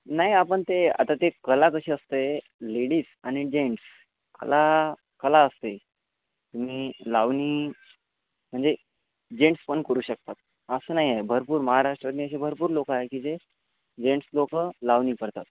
नाही आपण ते आता ते कला कशी असते लेडीज आणि जेंट्स कला कला असते तुम्ही लावणी म्हणजे जेंट्स पण करू शकतात असं नाही आहे भरपूर महाराष्ट्रातले असे भरपूर लोक आहे की जे जेंट्स लोक लावणी करतात